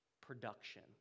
production